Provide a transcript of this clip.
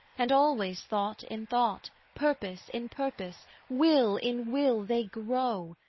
and always thought in thought, purpose in purpose, will in will, they grow,